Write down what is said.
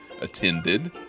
attended